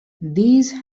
these